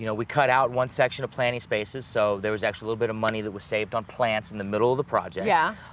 you know we cut out one section of planting spaces, so there was actually a little bit of money that was saved on plants in the middle of the project. yeah